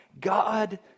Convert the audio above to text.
God